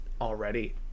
already